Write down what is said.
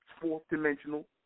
fourth-dimensional